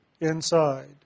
inside